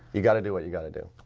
you got to do what you got to do